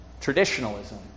Traditionalism